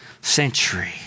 century